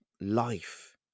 life